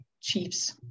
chiefs